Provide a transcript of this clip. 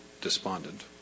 despondent